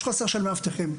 יש חוסר של מאבטחים,